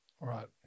right